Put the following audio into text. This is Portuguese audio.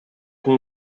com